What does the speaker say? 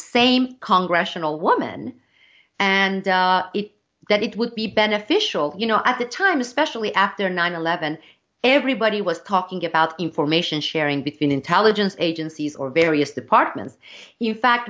same congregational woman and that it would be beneficial you know at the time especially after nine eleven everybody was talking about information sharing between intelligence agencies or various departments you fact